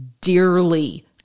dearly